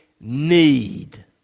need